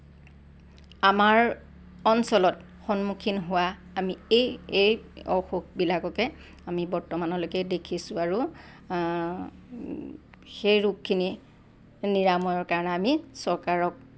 আমাৰ অঞ্চলত সন্মুখীন হোৱা আমি এই এই অসুখবিলাককে আমি বৰ্তমানলৈকে দেখিছোঁ আৰু সেই ৰোগখিনিৰ নিৰাময়ৰ কাৰণে আমি চৰকাৰক